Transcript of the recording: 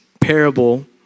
parable